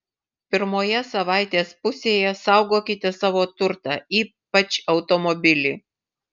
pirmoje savaitės pusėje saugokite savo turtą ypač automobilį